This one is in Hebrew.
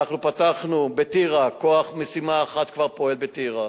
פתחנו בטירה, כוח משימה אחד כבר פועל בטירה.